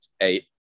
eight